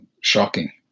shocking